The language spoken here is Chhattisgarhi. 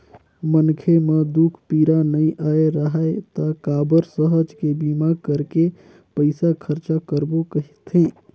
मनखे म दूख पीरा नइ आय राहय त काबर सहज के बीमा करके पइसा खरचा करबो कहथे